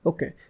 Okay